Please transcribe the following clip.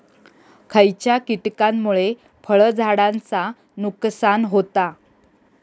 खयच्या किटकांमुळे फळझाडांचा नुकसान होता?